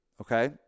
okay